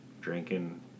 drinking